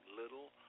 little